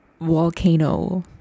volcano